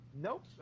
Nope